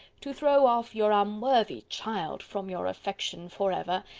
to throw off your unworthy child from your affection for ever,